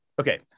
okay